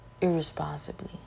irresponsibly